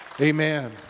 Amen